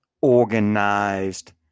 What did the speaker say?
organized